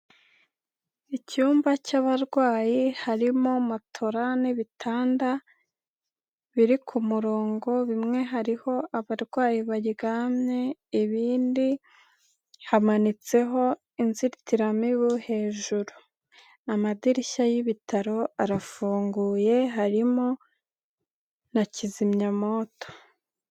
Icyumba cy'abarwayi harimo matola n'ibitanda biri ku murongo; bimwe hariho abarwayi baryamye, ibindi hamanitseho inzitiramibu hejuru. Amadirishya y'ibitaro arafunguye, harimo na kizimyamoto.